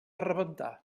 rebentar